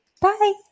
Bye